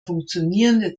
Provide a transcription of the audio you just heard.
funktionierende